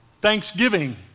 Thanksgiving